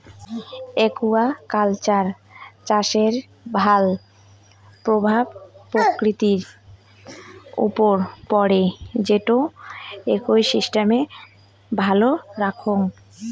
aquaculture চাষের ভাল প্রভাব প্রকৃতির উপর পড়ে যেটো ইকোসিস্টেমকে ভালো রাখঙ